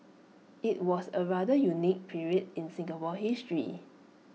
IT was A rather unique period in Singapore's history